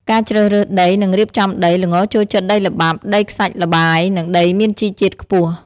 ការជ្រើសរើសដី និងរៀបចំដី ល្ងចូលចិត្តដីល្បាប់ ដីខ្សាច់ល្បាយ និងដីមានជីជាតិខ្ពស់។